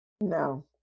No